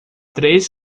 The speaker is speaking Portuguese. três